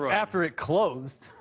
so after it closed.